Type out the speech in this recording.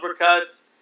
uppercuts